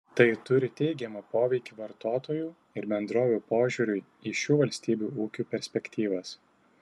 tai turi teigiamą poveikį vartotojų ir bendrovių požiūriui į šių valstybių ūkių perspektyvas